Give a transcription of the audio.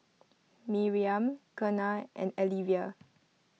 Miriam Kenna and Alyvia